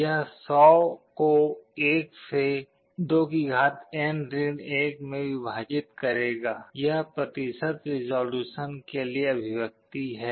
यह 100 को 1 से में विभाजित करेगा यह प्रतिशत रिज़ॉल्यूशन के लिए अभिव्यक्ति है